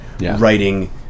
writing